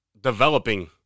developing